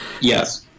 Yes